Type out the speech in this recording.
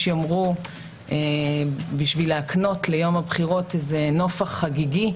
יש יאמרו בשביל להקנות ליום הבחירות איזה נופך חגיגי,